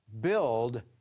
build